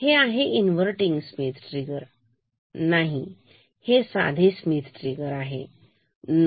तर हे inverting Schmitt trigger नाही हे साधे स्मिथ ट्रिगर आहे